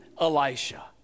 Elisha